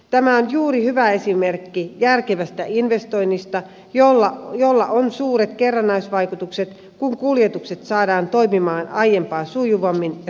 tämä on juuri hyvä esimerkki järkevästä investoinnista jolla on suuret kerrannaisvaikutukset kun kuljetukset saadaan toimimaan aiempaa sujuvammin ja turvallisemmin